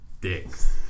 Dicks